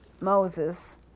Moses